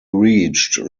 reached